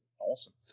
awesome